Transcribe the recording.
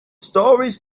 stories